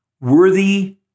Worthy